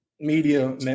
media